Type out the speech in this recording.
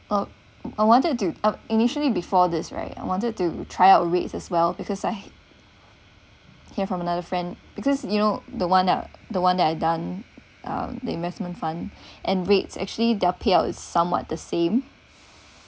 uh I wanted to uh initially before this right I wanted to try out rates as well because I hear from another friend because you know the one the one that I done uh the investment fund and rates actually their payout is somewhat the same